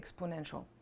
exponential